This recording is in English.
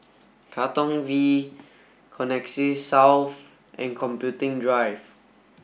Katong V Connexis South and Computing Drive